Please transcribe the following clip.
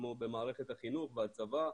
כמו במערכת החינוך והצבא.